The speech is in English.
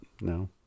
no